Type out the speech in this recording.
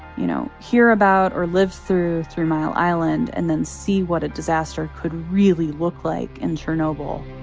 you know, hear about or live through three mile island and then see what a disaster could really look like in chernobyl